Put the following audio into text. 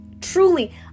Truly